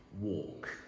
walk